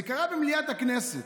זה קרה במליאת הכנסת,